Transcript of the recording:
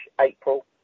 April